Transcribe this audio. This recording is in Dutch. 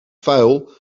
vuil